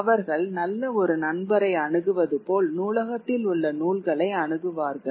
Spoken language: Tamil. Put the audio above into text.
அவர்கள் நல்ல ஒரு நண்பரை அணுகுவது போல் நூலகத்தில் உள்ள நூல்களை அணுகுவார்கள்